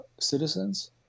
Citizens